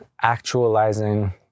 actualizing